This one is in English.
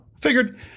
figured